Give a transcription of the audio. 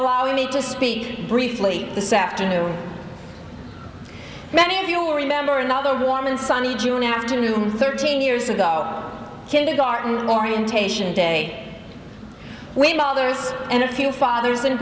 allowing me to speak briefly this afternoon many of you will remember another warm and sunny june afternoon thirteen years ago out kindergarten orientation day we mothers and a few fathers and